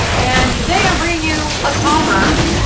and today i'm bringing you a topper.